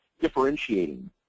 differentiating